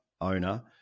owner